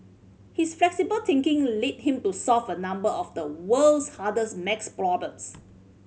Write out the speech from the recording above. his flexible thinking led him to solve a number of the world's hardest maths problems